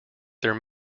there